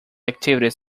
activities